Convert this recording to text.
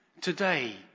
Today